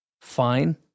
fine